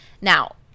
Now